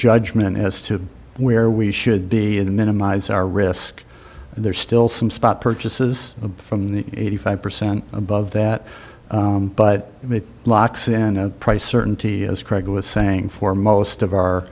judgment as to where we should be and minimize our risk and there's still some spot purchases from the eighty five percent above that but it locks in price certainty as craig was saying for most of our